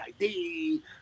ID